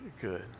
good